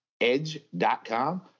Edge.com